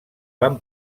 van